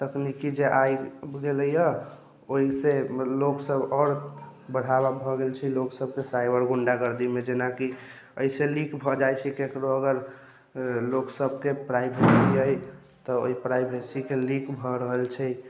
तकनिकी जे आबि गेलैए ओहिसँ लोकसभ आओर बढ़ाबा भऽ गेल छै लोकसभके साइबर गुण्डागर्दीमे जेनाकि एहिसँ नीक भऽ जाइ छै ककरो अगर लोकसभके प्राइवेट तऽ ओहि प्राइवेसीके लीक भऽ रहल छै